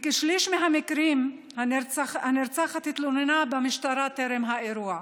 בכשליש מהמקרים הנרצחת התלוננה במשטרה טרם האירוע.